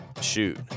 shoot